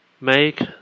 make